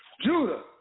Judah